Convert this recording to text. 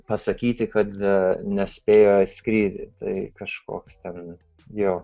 pasakyti kad nespėjo į skrydį tai kažkoks ten jo